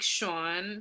Sean